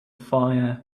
fires